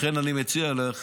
לכן אני מציע לך